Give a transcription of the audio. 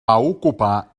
ocupar